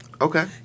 Okay